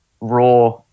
raw